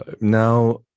Now